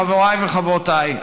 חבריי וחברותיי,